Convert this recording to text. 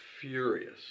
furious